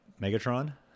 megatron